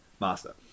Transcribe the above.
master